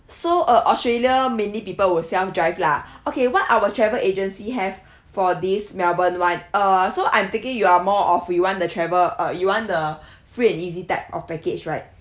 so uh australia mainly people will self drive lah okay what our travel agency have for this melbourne [one] err so I'm thinking you're more of you want the travel uh you want the free and easy type of package right